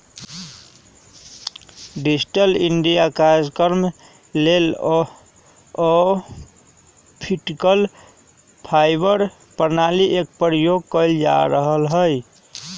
digital India काजक्रम लेल optical fibre प्रणाली एक प्रयोग कएल जा रहल हइ